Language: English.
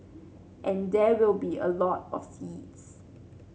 and there will be a lot of seeds